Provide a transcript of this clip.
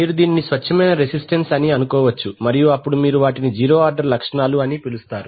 మీరు దీనిని స్వచ్ఛమైన రెసిస్టెన్స్ అని అనుకోవచ్చు మరియు అప్పుడు మీరు వాటిని జీరో ఆర్డర్ లక్షణాలు అని పిలుస్తారు